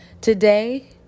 Today